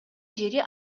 жери